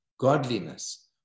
Godliness